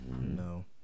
No